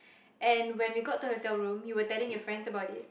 and when we got to the hotel room you were telling your friends about it